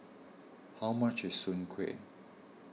how much is Soon Kuih